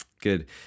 good